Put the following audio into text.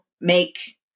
make